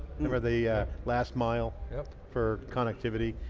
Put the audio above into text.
remember the last mile for connectivity?